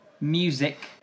music